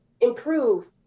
improve